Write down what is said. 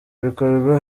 bikorwa